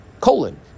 colon